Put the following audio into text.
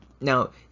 Now